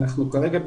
אנחנו כרגע,